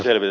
okei